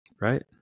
right